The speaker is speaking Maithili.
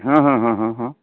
हँ हँ हँ हँ हँ